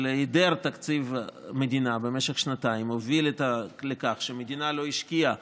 היעדר תקציב מדינה במשך שנתיים הוביל לכך שהמדינה לא השקיעה